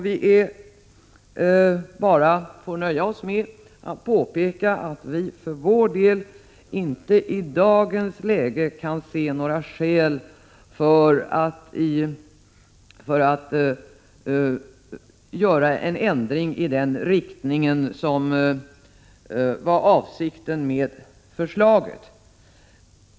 Vi nöjer oss med att påpeka att vi för vår del inte i dagens läge kan se några skäl för att göra en ändring i den riktning som var avsikten med förslaget.